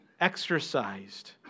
exercised